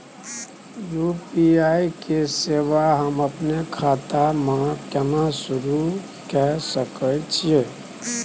UPI के सेवा हम अपने खाता म केना सुरू के सके छियै?